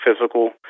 physical